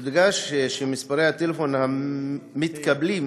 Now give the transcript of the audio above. יודגש שמספרי הטלפון המתקבלים